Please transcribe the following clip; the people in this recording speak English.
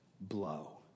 blow